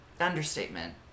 understatement